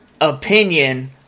opinion